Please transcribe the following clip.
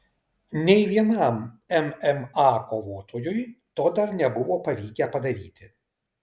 nei vienam mma kovotojui to dar nebuvo pavykę padaryti